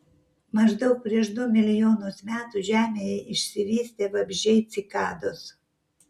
maždaug prieš du milijonus metų žemėje išsivystė vabzdžiai cikados